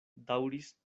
daŭris